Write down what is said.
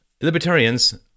libertarians